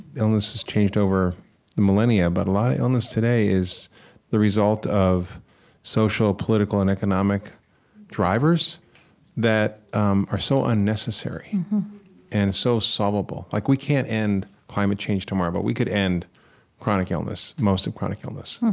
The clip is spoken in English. illness has changed over the millennia, but a lot of illness today is the result of social, political, and economic drivers that um are so unnecessary and so solvable. like we can't end climate change tomorrow, but we could end chronic illness, most of chronic illness.